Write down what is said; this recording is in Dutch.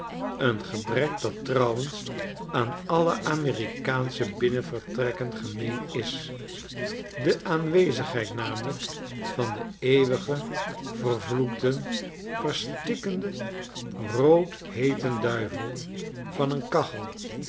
een gebrek dat trouwens aan alle amerikaansche binnenvertrekken gemeen is de aanwezigheid namelijk van den eeuwigen vervloekten verstikkenden rood heeten duivel van een kachel